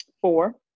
four